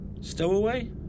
Stowaway